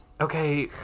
Okay